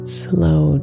slow